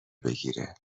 بگیره